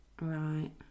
right